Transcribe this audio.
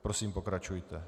Prosím, pokračujte.